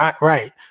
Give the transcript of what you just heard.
Right